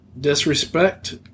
disrespect